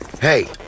Hey